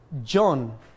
John